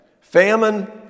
Famine